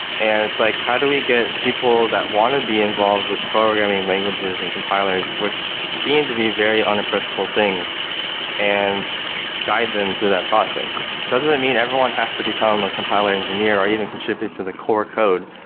and it's like, how do we get people that want to be involved with programming languages and compilers, which seem to be very unapproachable things and guide them through that process? doesn't mean everyone has to become a compiler engineer, or even contribute to the core code,